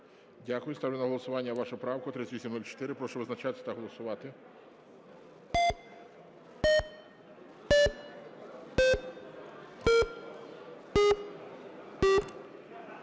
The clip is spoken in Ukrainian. Дякую. Ставлю на голосування вашу правку 3804. Прошу визначатися та голосувати.